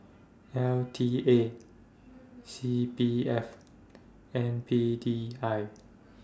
L T A C P F and P D I